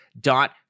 dot